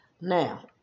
Now